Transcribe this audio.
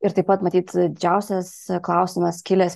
ir taip pat matyt didžiausias klausimas kilęs